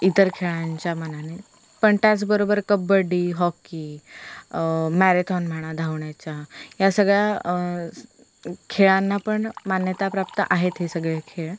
इतर खेळांच्या मानाने पण त्याचबरोबर कबड्डी हॉकी मॅरेथॉन म्हणा धावण्याचा या सगळ्या खेळांना पण मान्यता प्राप्त आहेत हे सगळे खेळ